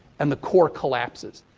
and the core collapses.